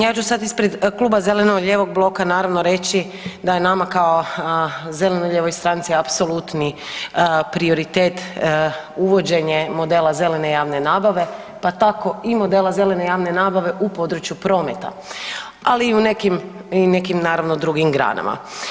Ja ću sad ispred kluba zeleno-lijevog bloka naravno reći da je nama kao zeleno-lijevoj stranci apsolutni prioritet uvođenje modela zelene javne nabave, pa tako i modela zeleno javne nabave u području prometa ali i u nekim naravno drugim granama.